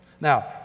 Now